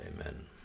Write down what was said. Amen